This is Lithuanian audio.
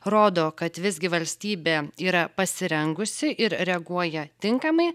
rodo kad visgi valstybė yra pasirengusi ir reaguoja tinkamai